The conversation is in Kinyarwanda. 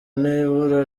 n’ibura